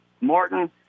Martin